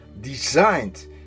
designed